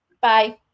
bye